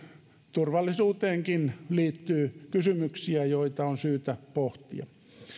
turvallisuuteenkin liittyy kysymyksiä joita on syytä pohtia